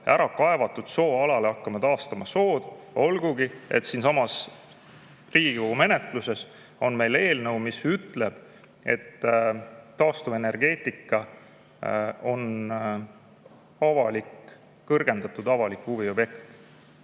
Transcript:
ärakaevatud sooalal hakkama taastama sood, olgugi et siinsamas Riigikogu menetluses on meil eelnõu, mis ütleb, et taastuvenergeetika on kõrgendatud avaliku huvi objekt